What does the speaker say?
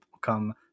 come